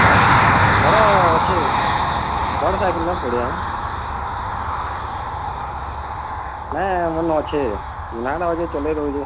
ଆଏଁ ଘରେ ଅଛେ ବଡ଼୍ ସାଇକେଲ୍ ନାଇ ପଡ଼େ ଆଜ୍ଞା ନାଇ ଆଜ୍ଞା ମୋର୍ନେ ଅଛେ ଜୁନ୍ହାଟା ଅଛେ ଚଲେଇ ଦେଉଛେଁ